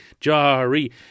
Jari